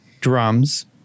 drums